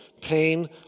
pain